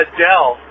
Adele